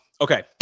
Okay